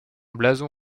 blason